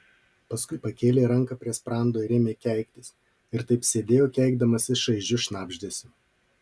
paskui pakėlė ranką prie sprando ir ėmė keiktis ir taip sėdėjo keikdamasis šaižiu šnabždesiu